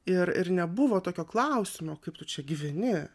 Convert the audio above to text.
ir ir nebuvo tokio klausimo kaip tu čia gyveni